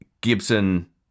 Gibson